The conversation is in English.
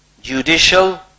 judicial